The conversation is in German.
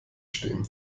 stehen